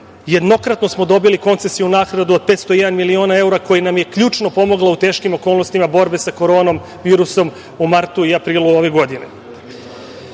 Jednokratno smo dobili koncesiju, naknadu od 501 milion evra koji nam je ključno pomoglo u teškim okolnostima borbe sa korona virusom u martu i aprilu ove godine.